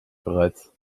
bereits